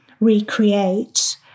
recreate